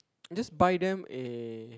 just buy them a